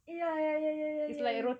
ya ya ya ya ya